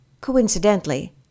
coincidentally